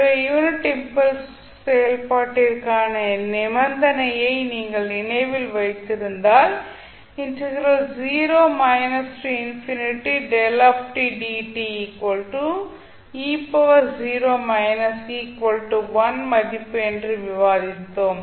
எனவே unit impulse செயல்பாட்டிற்கான நிபந்தனையை நீங்கள் நினைவில் வைத்திருந்தால் மதிப்பு என்று விவாதித்தோம்